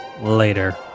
Later